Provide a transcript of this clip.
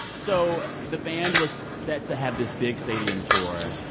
so the band was set to have this big stadium tour,